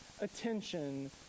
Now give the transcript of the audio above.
attention